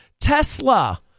Tesla